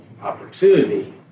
opportunity